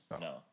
No